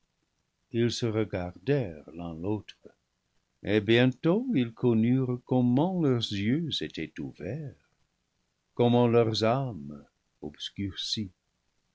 us se regardèrent l'un l'autre et bientôt ils connurent comment leurs yeux étaient ouverts comment leurs âmes obscurcies